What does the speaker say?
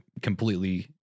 completely